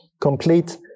complete